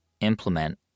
implement